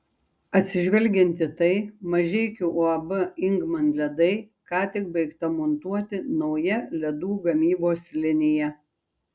atsižvelgiant į tai mažeikių uab ingman ledai ką tik baigta montuoti nauja ledų gamybos linija